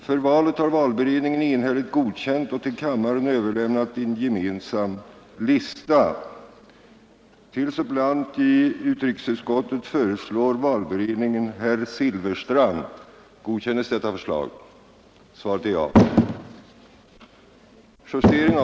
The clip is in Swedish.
För valet har valberedningen enhälligt godkänt och till kammaren överlämnat en gemensam lista.